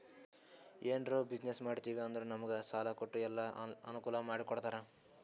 ಎನಾರೇ ಬಿಸಿನ್ನೆಸ್ ಮಾಡ್ತಿವಿ ಅಂದುರ್ ನಮುಗ್ ಸಾಲಾ ಕೊಟ್ಟು ಎಲ್ಲಾ ಅನ್ಕೂಲ್ ಮಾಡಿ ಕೊಡ್ತಾರ್